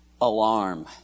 alarm